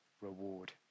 reward